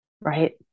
Right